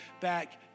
back